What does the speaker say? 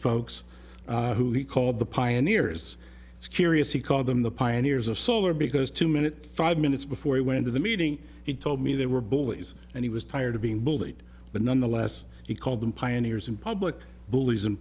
folks who he called the pioneers curious he called them the pioneers of solar because two minutes five minutes before he went into the meeting he told me they were bullies and he was tired of being bullied but nonetheless he called them pioneers in public bullies in